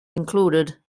included